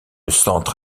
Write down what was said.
centre